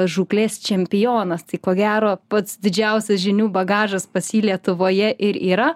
žūklės čempionas tai ko gero pats didžiausias žinių bagažas pas jį lietuvoje ir yra